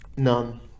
None